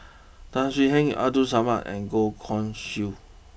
Tan Swie Hian Abdul Samad and Goh Guan Siew